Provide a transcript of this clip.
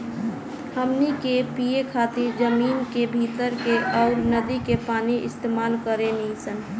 हमनी के पिए खातिर जमीन के भीतर के अउर नदी के पानी इस्तमाल करेनी सन